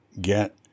get